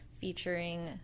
featuring